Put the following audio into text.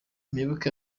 muyoboke